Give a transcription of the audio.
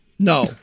No